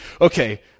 okay